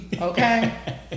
Okay